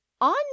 on